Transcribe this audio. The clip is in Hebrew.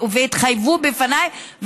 והתחייבו בפניי,